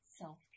self